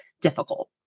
difficult